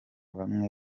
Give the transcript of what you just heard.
bamwe